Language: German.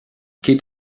geht